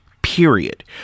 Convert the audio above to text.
Period